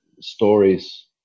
stories